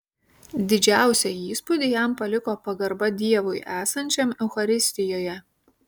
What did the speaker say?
didžiausią įspūdį jam paliko pagarba dievui esančiam eucharistijoje